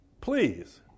Please